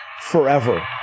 forever